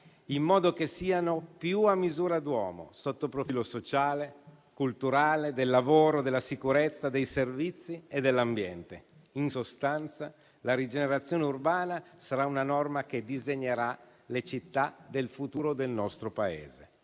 in modo che siano più a misura d'uomo sotto il profilo sociale, culturale, del lavoro, della sicurezza, dei servizi e dell'ambiente. In sostanza, la rigenerazione urbana sarà una norma che disegnerà le città del futuro del nostro Paese.